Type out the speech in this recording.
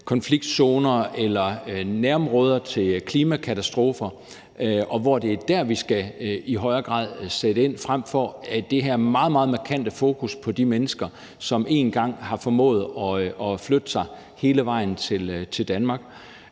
konfliktzoner eller nærområder til klimakatastrofer. Det er der, vi i højere grad skal sætte ind, frem for at have det her meget, meget markante fokus på de mennesker, som én gang har formået at flytte sig hele vejen til Danmark.